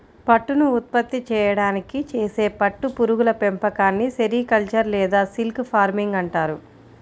పట్టును ఉత్పత్తి చేయడానికి చేసే పట్టు పురుగుల పెంపకాన్ని సెరికల్చర్ లేదా సిల్క్ ఫార్మింగ్ అంటారు